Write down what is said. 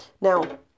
Now